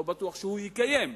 לא בטוח שהוא יקיים.